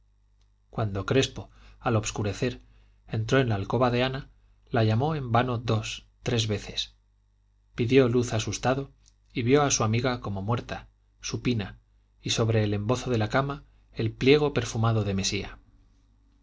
cuando crespo al obscurecer entró en la alcoba de ana la llamó en vano dos tres veces pidió luz asustado y vio a su amiga como muerta supina y sobre el embozo de la cama el pliego perfumado de mesía